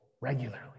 regularly